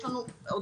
יש לנו עודפים,